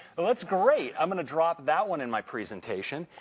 well, that's great. i'm going to drop that one in my presentation.